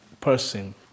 person